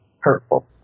hurtful